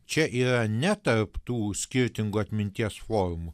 čia yra ne tarp tų skirtingų atminties formų